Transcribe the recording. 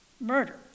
murder